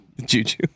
Juju